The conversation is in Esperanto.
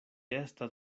estas